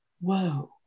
whoa